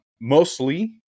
mostly